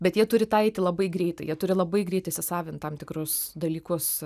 bet jie turi tą eiti labai greitai jie turi labai greit įsisavint tam tikrus dalykus